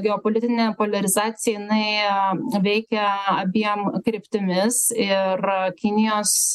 geopolitinė poliarizacija jinai veikia abiem kryptimis ir kinijos